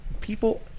people